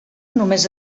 només